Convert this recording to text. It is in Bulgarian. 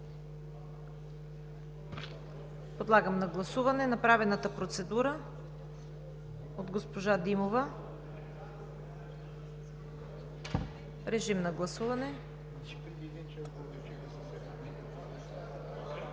подлагам на гласуване направената процедура от госпожа Димова. Гласували